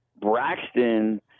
Braxton